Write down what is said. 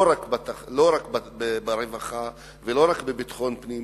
לא רק ברווחה ולא רק בביטחון פנים,